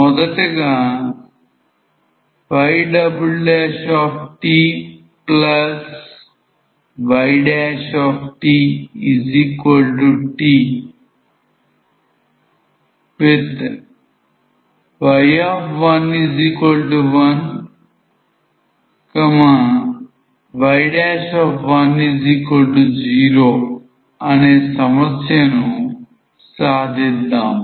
మొదటగా ytytt with y11 y10 అనే సమస్యను సాధిద్దాం